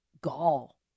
gall